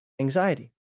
anxiety